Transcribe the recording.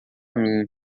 mim